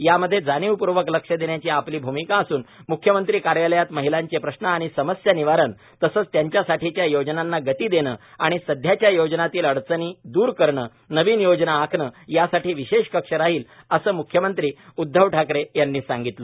यामध्ये जाणीवपूर्वक लक्ष देण्याची आपली भूमिका असून म्ख्यमंत्री कार्यालयात महिलांचे प्रश्न आणि समस्या निवारण तसेच त्यांच्यासाठीच्या योजनांना गती देणे आणि सध्याच्या योजनांतील अडचणी दूर करणे नवीन योजना आखणे यासाठी विशेष कक्ष राहील असे म्ख्यमंत्री उद्धव ठाकरे यांनी सांगितले